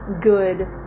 good